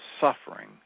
suffering